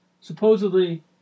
supposedly